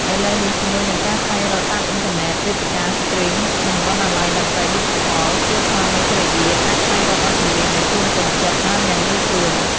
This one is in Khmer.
ឥឡូវនេះ ជាមួយនឹងការស្វែងរកតាមអ៊ីនធឺណេត វេទិកាស្ទ្រីម និងបណ្ណាល័យតន្ត្រីឌីជីថល គូស្វាមីភរិយាអាច ស្វែងរកបទចម្រៀងដែលខ្លួនពេញចិត្ត បានយ៉ាងងាយស្រួល។